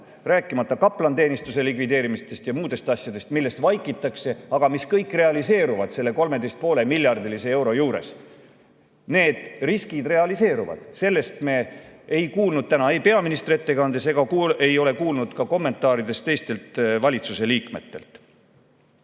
Rääkimata kaplaniteenistuse likvideerimisest ja muudest asjadest, millest vaikitakse, aga mis kõik realiseeruvad selle 13,5‑miljardilise eelarve juures. Need riskid realiseeruvad. Sellest me ei kuulnud täna ei peaministri ettekandes ega ei ole kuulnud ka kommentaarides teistelt valitsuse liikmetelt.